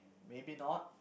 maybe not